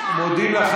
מודים לך.